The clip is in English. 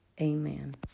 Amen